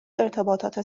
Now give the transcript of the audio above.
ارتباطات